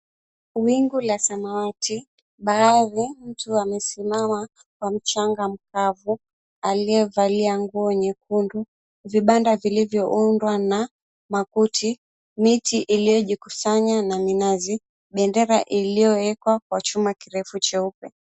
Wingu la samawati, bahari mtu amesimama kwa mchanga mkavu aliyevalia nguo nyekundu, vibanda vilivyoundwa na makuti, miti iliojikusanya na minazi, bendera ilioekwa kwa chuma kirefu cheupe.